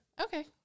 Okay